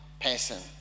person